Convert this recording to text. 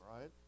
right